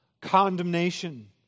Condemnation